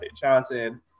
Johnson